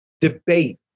debate